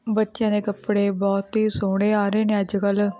ਬੱਚਿਆਂ ਦੇ ਕੱਪੜੇ ਬਹੁਤ ਹੀ ਸੋਹਣੇ ਆ ਰਹੇ ਨੇ ਅੱਜ ਕੱਲ੍ਹ